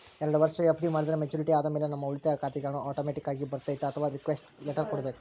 ಎರಡು ವರುಷ ಎಫ್.ಡಿ ಮಾಡಿದರೆ ಮೆಚ್ಯೂರಿಟಿ ಆದಮೇಲೆ ನಮ್ಮ ಉಳಿತಾಯ ಖಾತೆಗೆ ಹಣ ಆಟೋಮ್ಯಾಟಿಕ್ ಆಗಿ ಬರ್ತೈತಾ ಅಥವಾ ರಿಕ್ವೆಸ್ಟ್ ಲೆಟರ್ ಕೊಡಬೇಕಾ?